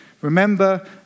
Remember